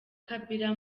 kabila